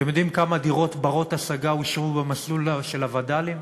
אתם יודעים כמה דירות בנות-השגה אושרו במסלול של הווד"לים,